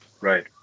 Right